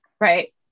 Right